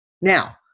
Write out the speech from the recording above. Now